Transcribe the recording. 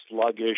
sluggish